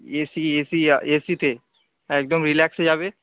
AC AC এসিতে একদম relax হয়ে যাবে